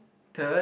third